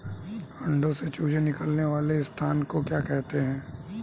अंडों से चूजे निकलने वाले स्थान को क्या कहते हैं?